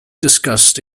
discussed